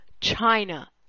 China